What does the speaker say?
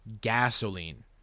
Gasoline